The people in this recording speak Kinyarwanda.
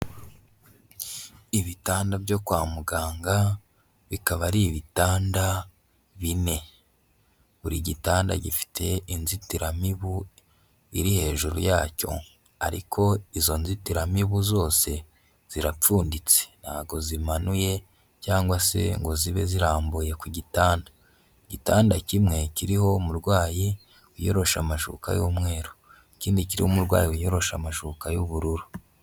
Ibitanda byo kwa muganga, bikaba ari ibitanda bine, buri gitanda gifite inzitiramibu iri hejuru yacyo ariko izo nzitiramibu zose zirapfunditse, ntago zimanuye cyangwa se ngo zibe zirambuye ku gitanda, igitanda kimwe kiriho umurwayi wiyoroshe amashuka y'umweru, ikindi kiriho umurwayi wiyoroshe amashuka y'ubururu.